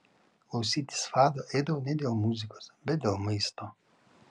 klausytis fado eidavau ne dėl muzikos bet dėl maisto